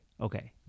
Okay